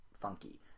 funky